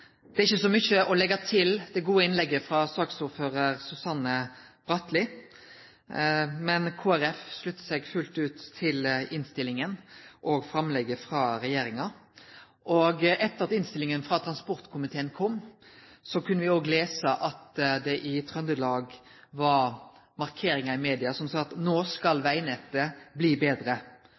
Det er ikkje så mykje å leggje til det gode innlegget frå saksordførar Susanne Bratli, men Kristeleg Folkeparti sluttar seg fullt ut til innstillinga og framlegget frå regjeringa. Etter at innstillinga frå transportkomiteen kom, kunne vi òg lese at det i Trøndelag var markeringar i media som sa: «Nå skal veinettet bli